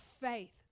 faith